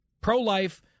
pro-life